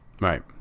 Right